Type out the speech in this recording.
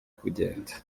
kugenda